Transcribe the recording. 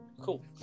Cool